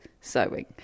sewing